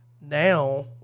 now